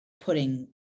putting